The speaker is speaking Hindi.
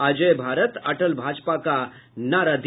अजेय भारत अटल भाजपा का नारा दिया